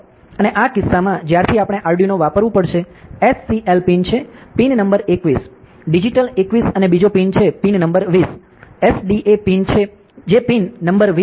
અને આ કિસ્સામાં જ્યારથી આપણે આર્ડિનો વાપરવું પડશે SCL પિન છે પિન નંબર 21 છે ડિજિટલ 21 અને બીજો પિન છે પિન નંબર 20 છે SDA પિન છે પિન નંબર 20 છે